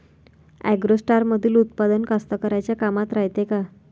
ॲग्रोस्टारमंदील उत्पादन कास्तकाराइच्या कामाचे रायते का?